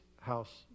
house